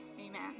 amen